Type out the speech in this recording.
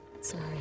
Sorry